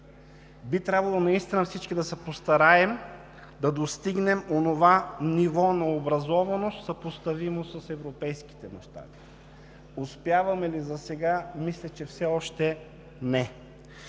Би трябвало наистина всички да се постараем да достигнем онова ниво на образованост, съпоставимо с европейските мащаби. Успяваме ли засега? Мисля, че все още не.